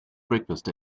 breakfast